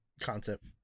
concept